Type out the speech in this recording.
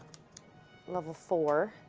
level four.